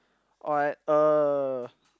alright uh